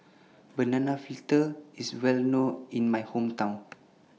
Banana Fritters IS Well known in My Hometown